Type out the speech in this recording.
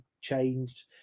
changed